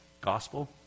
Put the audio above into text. gospel